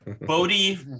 Bodhi